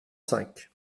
cinq